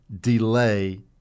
delay